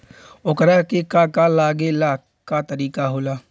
ओकरा के का का लागे ला का तरीका होला?